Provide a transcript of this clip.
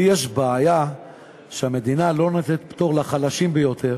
לי יש בעיה שהמדינה לא נותנת פטור לחלשים ביותר,